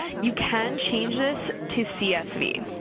you can change this to csv.